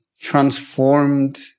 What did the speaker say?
transformed